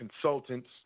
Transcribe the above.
consultants